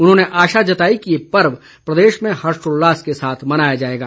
उन्होंने आशा जताई कि ये पर्व प्रदेश में हर्षोल्लास के साथ मनाया जाएगा